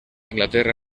inglaterra